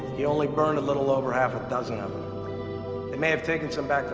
he only burned a little over half a dozen of them. they may have taken some back